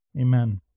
Amen